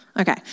Okay